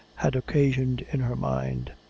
had occasioned in her mind,